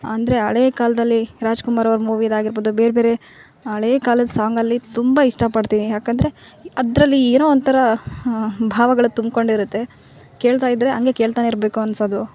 ಅಂದರೆ ಹಳೇ ಕಾಲದಲ್ಲಿ ರಾಜ್ ಕುಮಾರ್ ಅವ್ರ ಮೂವಿದ್ದಾಗಿರ್ಬೌದು ಬೇರೆ ಬೇರೆ ಹಳೇ ಕಾಲದ್ದು ಸಾಂಗ್ ಅಲ್ಲಿ ತುಂಬ ಇಷ್ಟ ಪಡ್ತೀನಿ ಯಾಕಂದರೆ ಅದರಲ್ಲಿ ಏನೋ ಒಂಥರ ಭಾವಗಳು ತುಂಬ್ಕೊಂಡು ಇರುತ್ತೆ ಕೇಳ್ತಾ ಇದ್ರೆ ಹಂಗೇ ಕೇಳ್ತಾನೇ ಇರಬೇಕು ಅನ್ಸೋದು